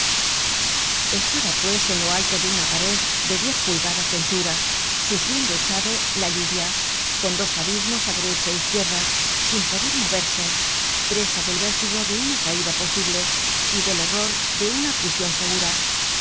estaba pues en lo alto de una pared de diez pulgadas de anchura sufriendo echado la lluvia con dos abismos á derecha é izquierda sin poder moverse presa del vértigo de una caida posible y del horror de una prision segura